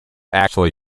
actually